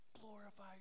glorify